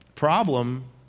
problem